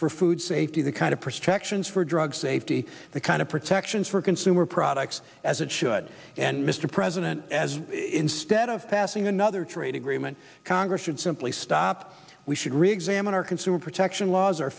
for food safety the kind of protections for drug safety the kind of protections for consumer products as it should and mr president as instead of passing another trade agreement congress should simply stop we should reexamine our consumer protection laws